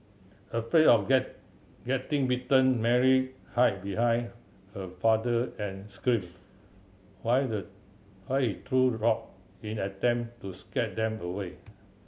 afraid of get getting bitten Mary hid behind her father and screamed while the high threw rock in an attempt to scare them away